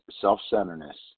self-centeredness